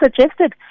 suggested